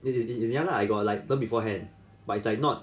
as in as in ya lah I got like learned beforehand but it's like not